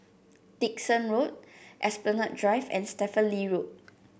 Dickson Road Esplanade Drive and Stephen Lee Road